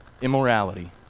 immorality